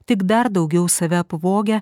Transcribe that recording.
tik dar daugiau save apvogę